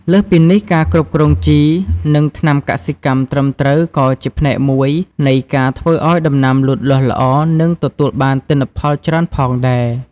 លើសពីនេះការគ្រប់គ្រងជី និងថ្នាំកសិកម្មត្រឹមត្រូវក៏ជាផ្នែកមួយនៃការធ្វើឲ្យដំណាំលូតលាស់ល្អ និងទទួលបានទិន្នផលច្រើនផងដែរ។